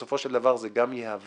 בסופו של דבר זה גם יהווה